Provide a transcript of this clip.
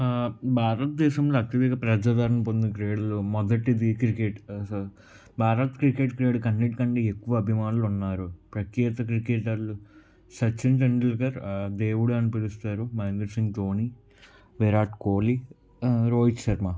భారద్దేశంలో అత్యధిక ప్రజాదరణ పొందిన క్రీడల్లో మొదటది క్రికెట్ సో భారత క్రికెట్ క్రీడ అన్నిటికంటే ఎక్కువ అభిమానులున్నారు ప్రఖ్యేత క్రికెటర్లు సచిన్ టెండూల్కర్ దేవుడని పిలుస్తారు మహేంధర్సింగ్ ధోని విరాట్ కోహ్లి రోహిత్శర్మ